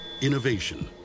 Innovation